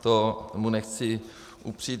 To mu nechci upřít.